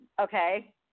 Okay